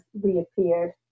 reappeared